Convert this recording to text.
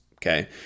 Okay